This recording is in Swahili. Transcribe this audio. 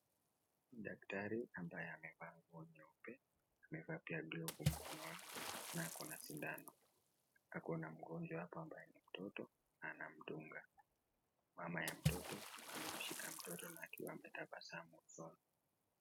Daktari ambaye amevaa bguo nyeupe amevaa pia glovu mkononi na ako na sindano, ako na mgonjwa hapa ambaye ni mtoto na namdunga, mama ya mtoto amemshika mtoto akiwa ametabasamu.